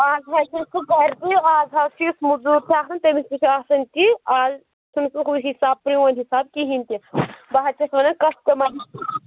اَز حظ چھُ نہٕ سُہ کار کِہیٖئٛۍ اَز حظ چھُ یُس موٚزوٗر چھُ آسان تٔمِس تہِ چھِ آسان تی اَز چھُ نہٕ سُہ ہُہ حِساب پرٛون حِساب کِہیٖنٛۍ تہِ بہٕ حظ چھَس وَنان کَسٹَٕمَرَن